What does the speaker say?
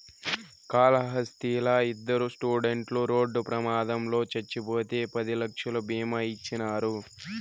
కాళహస్తిలా ఇద్దరు స్టూడెంట్లు రోడ్డు ప్రమాదంలో చచ్చిపోతే పది లక్షలు బీమా ఇచ్చినారు